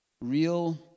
Real